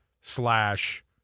slash –